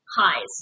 highs